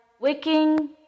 waking